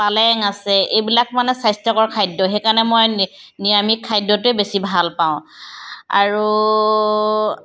পালেং আছে এইবিলাক মানে স্বাস্থ্যকৰ খাদ্য সেইকাৰণে মই নিৰামিষ খাদ্যটোৱে বেছি ভাল পাওঁ আৰু